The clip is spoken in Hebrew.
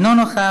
אינו נוכח,